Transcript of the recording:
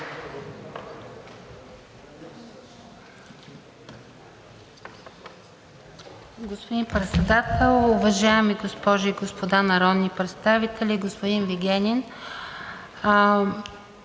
Господин Председател, уважаеми госпожи и господа народни представители! Господин Вигенин,